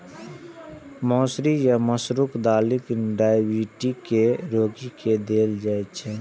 मौसरी या मसूरक दालि डाइबिटीज के रोगी के देल जाइ छै